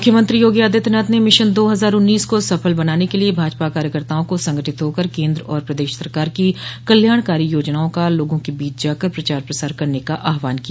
मुख्यमंत्री योगी आदित्यनाथ ने मिशन दो हजार उन्नीस को सफल बनाने के लिए भाजपा कार्यकर्ताओं को संगठित होकर केन्द्र और प्रदेश सरकार की कल्याणकारी योजनाओं का लोगों के बीच जाकर प्रचार प्रसार करने का आहवान किया